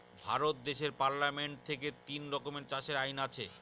ভারত দেশের পার্লামেন্ট থেকে তিন রকমের চাষের আইন আছে